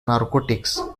narcotics